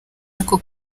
ariko